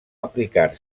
aplicar